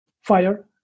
fire